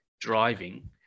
driving